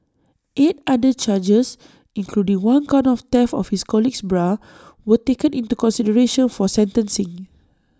eight other charges including one count of theft of his colleague's bra were taken into consideration for sentencing